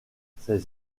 ces